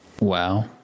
WoW